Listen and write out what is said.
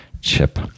chip